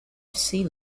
sea